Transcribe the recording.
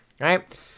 Right